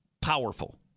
powerful